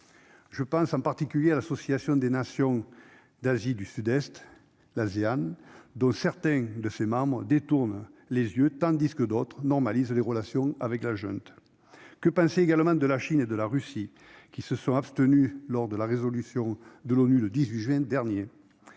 Je pense en particulier à l'Association des nations d'Asie du Sud-Est, dont certains des membres détournent les yeux tandis que d'autres normalisent leurs relations avec la junte. Que penser également de la Chine et de la Russie, qui se sont abstenues lors du vote de la résolution de l'ONU du 18 juin dernier ?